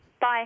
Bye